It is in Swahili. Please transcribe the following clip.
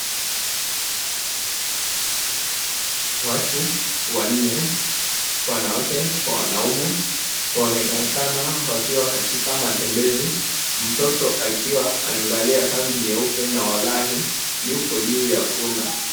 Watu wanne wanawake kwa wanaume wanaonekana wakiwa katika matembezi mtoto akiwa amevalia kanzu nyeupe na walahi yupo juu ya punda.